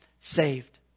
saved